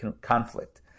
conflict